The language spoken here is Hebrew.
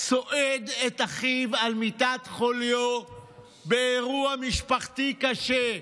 סועד את אחיו על מיטת חוליו באירוע משפחתי קשה.